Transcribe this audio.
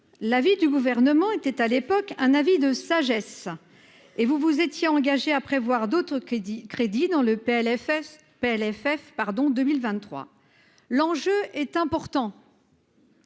l'avis du gouvernement était à l'époque un avis de sagesse et vous vous étiez engagé à prévoir d'autres crédits, crédits dans le PLFSS pff pardon 2023, l'enjeu est important.